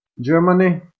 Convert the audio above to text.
Germany